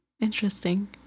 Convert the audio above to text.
interesting